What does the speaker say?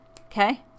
Okay